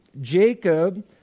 Jacob